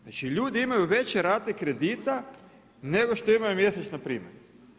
Znači ljudi imaju veće rate kredita, nego što imaju mjesečna primanja.